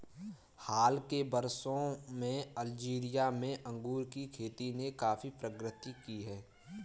हाल के वर्षों में अल्जीरिया में अंगूर की खेती ने काफी प्रगति की है